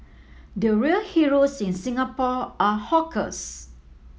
the real heroes in Singapore are hawkers